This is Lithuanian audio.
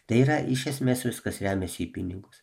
tai yra iš esmės viskas remiasi į pinigus